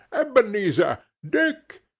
ebenezer! dick!